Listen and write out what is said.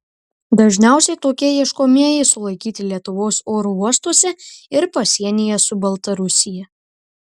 dažniausiai tokie ieškomieji sulaikyti lietuvos oro uostuose ir pasienyje su baltarusija